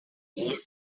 east